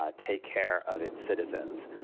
ah take care of its citizens,